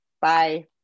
Bye